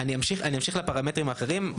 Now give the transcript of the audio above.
אמשיך לפרמטרים האחרים.